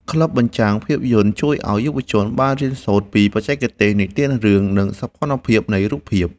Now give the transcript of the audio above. ក្លឹបបញ្ចាំងភាពយន្តជួយឱ្យយុវជនបានរៀនសូត្រពីបច្ចេកទេសនិទានរឿង និងសោភ័ណភាពនៃរូបភាព។